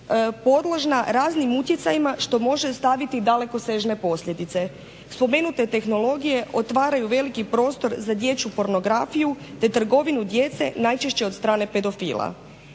podložna raznim utjecajima što može ostaviti dalekosežne posljedice. Spomenute tehnologije otvaraju veliki prostor za dječju pornografiju, te trgovinu djece najčešće od strane pedofila.